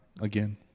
again